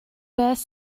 beth